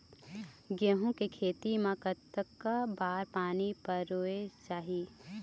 गेहूं के खेती मा कतक बार पानी परोए चाही?